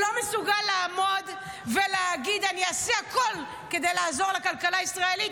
לא מסוגל לעמוד ולהגיד: אני אעשה הכול כדי לעזור לכלכלה הישראלית.